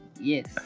yes